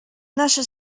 наша